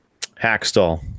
Hackstall